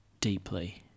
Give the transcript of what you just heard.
deeply